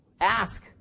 Ask